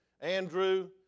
Andrew